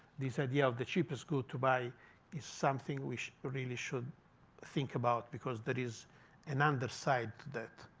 this idea of the cheapest good to buy is something we should really should think about. because there is an underside to that.